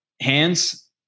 hands